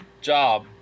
job